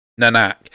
Nanak